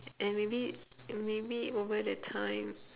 and maybe maybe over the time